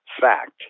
fact